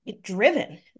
driven